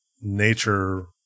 nature